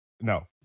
no